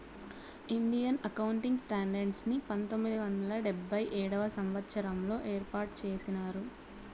Indian accounting standards ని పంతొమ్మిది వందల డెబ్భై ఏడవ సంవచ్చరంలో ఏర్పాటు చేసినారు